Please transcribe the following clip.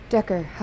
Decker